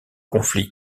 conflit